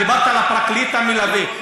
דיברת על הפרקליט המלווה,